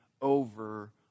over